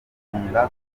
kuririmba